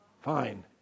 fine